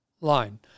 line